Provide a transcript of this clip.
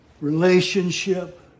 relationship